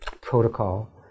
protocol